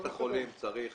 בית החולים צריך